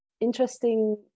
interesting